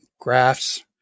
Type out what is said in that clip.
graphs